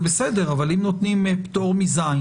זה בסדר אבל אם נותנים פטור מ-(ז),